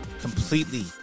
Completely